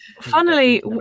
Funnily